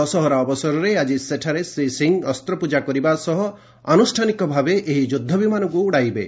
ଦଶହରା ଅବସରରେ ଆଜି ସେଠାରେ ଶ୍ରୀ ସିଂହ ଅସ୍ତ୍ରପ୍ରଜା କରିବା ସହ ଆନୁଷ୍ଠାନିକ ଭାବେ ଏହି ଯୁଦ୍ଧ ବିମାନକୁ ଉଡ଼ାଇବେ